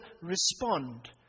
respond